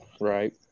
Right